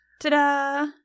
Ta-da